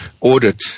audit